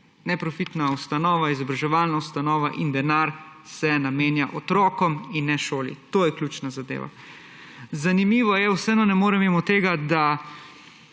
neprofitna ustanova, izobraževalna ustanova in denar se namenja otrokom in ne šoli. To je ključna zadeva. Zanimivo je, vseeno ne morem mimo tega, da